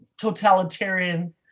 totalitarian